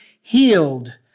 healed